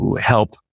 help